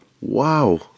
Wow